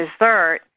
dessert